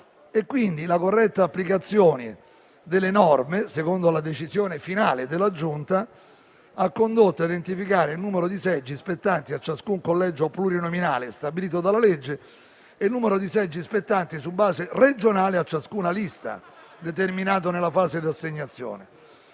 la corretta applicazione delle norme, secondo la decisione finale della Giunta, ha condotto a identificare il numero di seggi spettanti a ciascun collegio plurinominale stabilito dalla legge e il numero di seggi spettanti su base regionale a ciascuna lista, determinato nella fase di assegnazione.